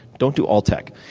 don't do all tech.